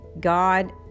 god